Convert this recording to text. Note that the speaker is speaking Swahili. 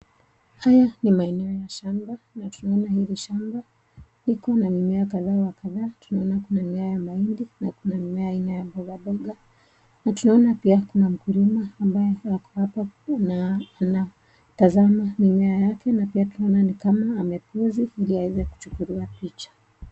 Haya ni maeneo ya shamba, na tunaona hili shamba huku ina mimea wa kadhaa kadhaa. Tunaona kuna mimea ya maindi na kuna mimea aina ya mboga mboga na tunaona pia kuna mkulima ambaye ako hapa na anatazama mimea yake na pia ni kama amepozi ndio aweze kujukuliwa picha.